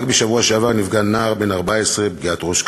רק בשבוע שעבר נפגע נער בן 14 פגיעת ראש קשה.